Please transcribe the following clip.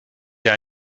hier